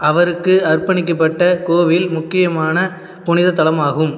அவருக்கு அர்ப்பணிக்கப்பட்ட கோயில் முக்கியமான புனித தலமாகும்